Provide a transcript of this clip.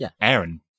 Aaron